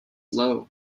low